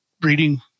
breeding